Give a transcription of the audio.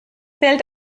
fällt